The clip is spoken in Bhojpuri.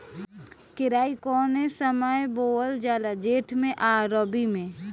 केराई कौने समय बोअल जाला जेठ मैं आ रबी में?